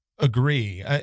Agree